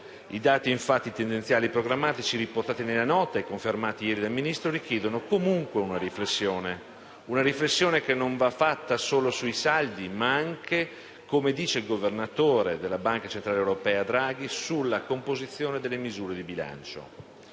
I dati tendenziali e programmatici riportati nella Nota e confermati ieri dal Ministro richiedono comunque una riflessione. Una riflessione che non va fatta solo sui saldi ma anche, come dice il Governatore della Banca centrale europea Mario Draghi, sulla composizione delle misure di bilancio.